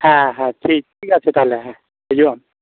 ᱦᱮᱸ ᱦᱮᱸ ᱴᱷᱤᱠ ᱟᱪᱷᱮ ᱛᱟᱦᱚᱞᱮ ᱦᱮᱸ ᱦᱤᱡᱩᱜ ᱟᱢ